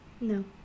No